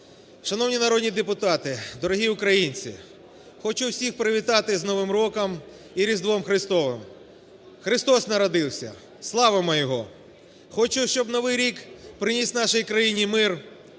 Шановні народні депутати, дорогі українці, хочу всіх привітати з Новим роком і Різдвом Христовим. Христос народився – славимо його! Хочу, щоб новий рік приніс нашій країні мир,